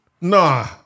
Nah